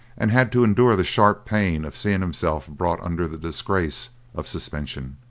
and had to endure the sharp pain of seeing himself brought under the disgrace of suspension.